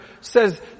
says